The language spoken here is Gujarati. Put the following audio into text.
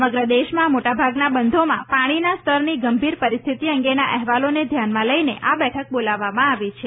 સમગ્ર દેશમાં મોટા ભાગના બંધોમાં પાણીના સ્તરની ગંભીર પરિસ્થિતિ અંગેના અહેવાલોને ધ્યાનમાં લઇને આ બેઠક બોલાવવામાં આવી છે